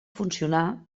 funcionà